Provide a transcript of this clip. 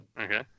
Okay